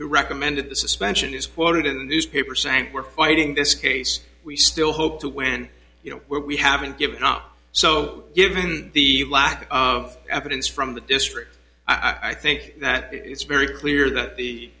recommended the suspension is quoted in the newspaper saying we're fighting this case we still hope to win you know we haven't given up so given the lack of evidence from the district i think that it's very clear that the